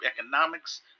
economics